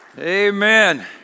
Amen